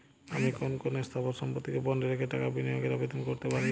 আমি কোন কোন স্থাবর সম্পত্তিকে বন্ডে রেখে টাকা বিনিয়োগের আবেদন করতে পারি?